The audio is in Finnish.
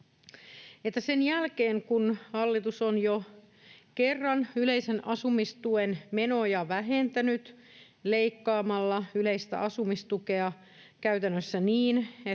sen jälkeen, kun hallitus on jo kerran yleisen asumistuen menoja vähentänyt leikkaamalla yleistä asumistukea käytännössä niin, että